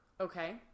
Okay